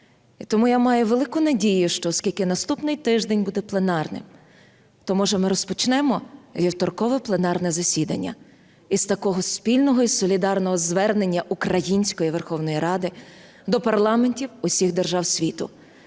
І тому я маю велику надію, що оскільки наступний тиждень буде пленарним, то, може, ми розпочнемо вівторкове пленарне засідання із такого спільного і солідарного звернення української Верховної Ради до парламентів усіх держав світу